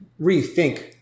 rethink